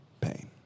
pain